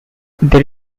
there